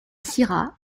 syrah